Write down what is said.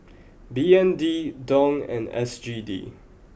B N D Dong and S G D